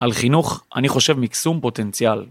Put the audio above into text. על חינוך אני חושב מקסום פוטנציאל.